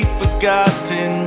forgotten